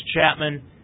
Chapman